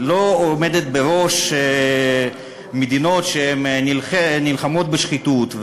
לא עומדת בראש מדינות שנלחמות בשחיתות,